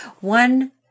One